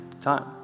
time